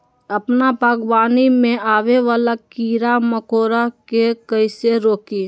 अपना बागवानी में आबे वाला किरा मकोरा के कईसे रोकी?